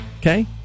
Okay